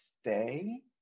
stay